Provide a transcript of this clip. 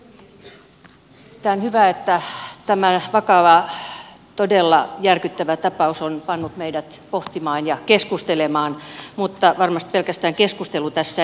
on erittäin hyvä että tämä vakava todella järkyttävä tapaus on pannut meidät pohtimaan ja keskustelemaan mutta varmasti pelkästään keskustelu tässä ei auta